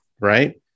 Right